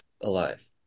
alive